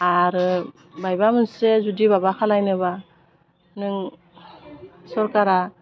आरो मायबा मोनसे जुदि माबा खालायनोबा नों सरकारा